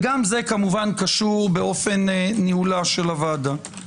וגם זה כמובן קשור באופן ניהול הוועדה.